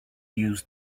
used